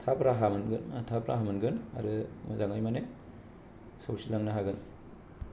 थाब राहा मोनगोन थाब राहा मोनगोन आरो मोजाङै माने सौसिलांनो हागोन